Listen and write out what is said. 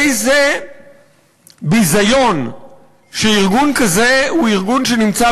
איזה ביזיון שארגון כזה הוא ארגון שנמצא